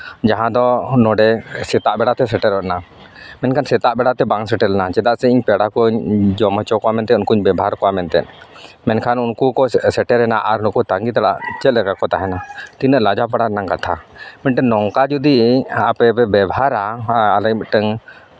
ᱡᱟᱦᱟᱸ ᱫᱚ ᱱᱚᱰᱮ ᱥᱮᱛᱟᱜ ᱵᱮᱲᱟᱛᱮ ᱥᱮᱴᱮᱨᱚᱜᱨᱮᱱᱟᱜ ᱢᱮᱱᱠᱷᱟᱱ ᱥᱮᱛᱟᱜ ᱵᱮᱲᱟᱛᱮ ᱵᱟᱝ ᱥᱮᱴᱮᱨ ᱞᱮᱱᱟ ᱪᱮᱫᱟᱜ ᱥᱮ ᱤᱧ ᱯᱮᱲᱟ ᱠᱚᱧ ᱡᱚᱢ ᱦᱚᱪᱚ ᱠᱚᱣᱟ ᱢᱮᱱᱛᱮ ᱩᱱᱠᱩᱧ ᱵᱮᱵᱷᱟᱨ ᱠᱚᱣᱟ ᱢᱮᱱᱛᱮ ᱢᱮᱱᱠᱷᱟᱱ ᱩᱱᱠᱩ ᱠᱚ ᱥᱮᱴᱮᱨᱮᱱᱟ ᱟᱨ ᱱᱩᱠᱩ ᱛᱟᱸᱜᱤ ᱛᱟᱲᱟᱜ ᱪᱮᱫ ᱞᱮᱠᱟ ᱠᱚ ᱛᱟᱦᱮᱱᱟ ᱛᱤᱱᱟᱹᱜ ᱞᱟᱡᱟ ᱯᱟᱲᱟᱣ ᱨᱮᱱᱟᱜ ᱠᱟᱛᱷᱟ ᱢᱤᱫᱴᱮᱱ ᱱᱚᱝᱠᱟ ᱡᱩᱫᱤ ᱟᱯᱮ ᱯᱮ ᱵᱮᱵᱚᱦᱟᱨᱟ ᱟᱞᱮ ᱢᱤᱫᱴᱮᱱ